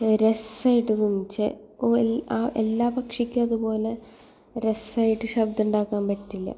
രസമായിട്ട് തോന്നും ചെ എല്ലാ ഓ എല്ലാ പക്ഷിക്കും അതുപോലെ രസമായിട്ട് ശബ്ദമുണ്ടാക്കാൻ പറ്റില്ല